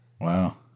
Wow